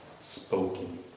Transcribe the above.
spoken